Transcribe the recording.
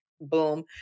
Boom